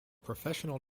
professional